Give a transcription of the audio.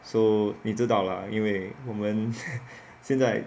so 你知道 lah 因为我们现在